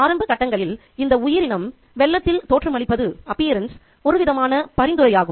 ஆரம்ப கட்டங்களில் இந்த உயிரினம் வெள்ளத்தில் தோற்றமளிப்பது ஒருவிதமான பரிந்துரையாகும்